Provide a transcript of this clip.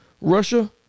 Russia